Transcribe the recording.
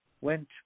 went